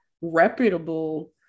reputable